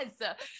Yes